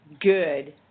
good